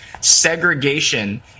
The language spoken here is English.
segregation